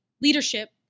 leadership